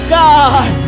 god